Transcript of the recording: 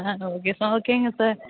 ஆ okay sir ஓகேங்க sir